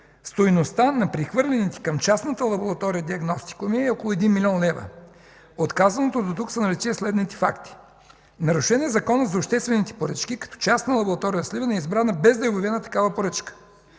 Стойността на прехвърлените към частната лаборатория диагностикоми около 1 млн. лв. От казаното дотук са налице следните факти: Нарушен е Закона за обществените поръчки като частна лаборатория в Сливен е избрана без да е обявена такава поръчка.